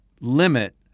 limit